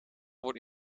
wordt